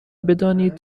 بدانید